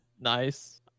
Nice